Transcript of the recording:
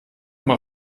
mal